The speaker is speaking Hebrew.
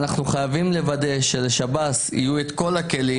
ואנחנו חייבים לוודא שלשב"ס יהיו את כל הכלים